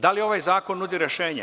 Da li ovaj zakon nudi rešenje?